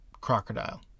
crocodile